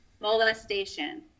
molestation